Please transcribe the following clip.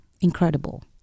Incredible